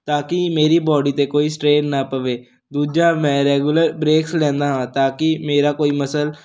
ਤਾਂ ਕਿ ਮੇਰੀ ਬਾਡੀ 'ਤੇ ਕੋਈ ਸਟਰੇਨ ਨਾ ਪਵੇ ਦੂਜਾ ਮੈਂ ਰੈਗੂਲਰ ਬ੍ਰੇਕਸ ਲੈਂਦਾ ਹਾਂ ਤਾਂ ਕਿ ਮੇਰਾ ਕੋਈ ਮਸਲ